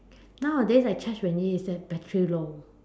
nowadays I charge when it is at battery low